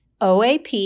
OAP